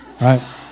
Right